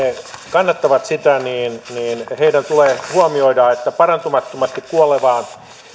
kannattavat sitä tulee huomioida että parantumattomasti kuolemaan